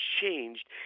changed